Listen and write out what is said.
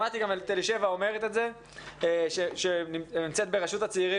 שמעתי גם את אלישבע סבתו מרשות הצעירים